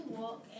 walk